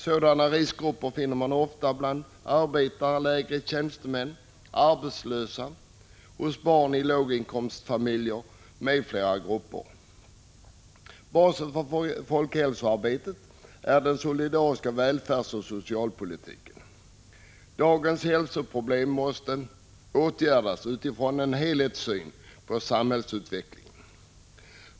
Sådana riskgrupper finner man ofta bland arbetare, lägre tjänstemän, arbetslösa, barn i låginkomstfamiljer m.fl. Basen för folkhälsoarbetet är den solidariska välfärdsoch socialpolitiken. Dagens hälsoproblem måste åtgärdas utifrån en helhetssyn på samhällsutvecklingen.